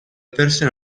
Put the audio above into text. persone